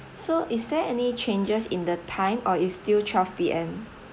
so is there any changes in the time or is still twelve P_M